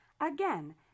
Again